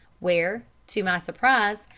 where, to my surprise,